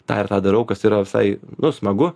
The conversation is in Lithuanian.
tą ir tą darau kas yra visai nu smagu